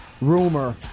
rumor